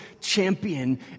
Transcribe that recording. champion